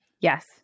Yes